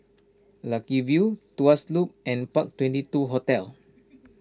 Lucky View Tuas Loop and Park Twenty two Hotel